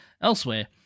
Elsewhere